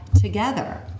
together